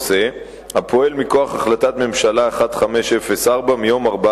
הפועל מכוח החלטת ממשלה מס' 1504 מיום 14